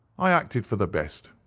i acted for the best.